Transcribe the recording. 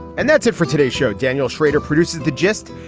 and that's it for today's show. daniel schrader produces the gist.